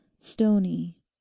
stony